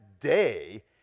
day